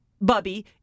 Bubby